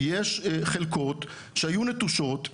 יש חלקות שהיו נטושות,